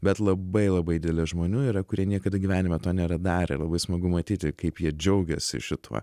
bet labai labai didelė žmonių yra kurie niekada gyvenime to nėra darę ir labai smagu matyti kaip jie džiaugiasi šituo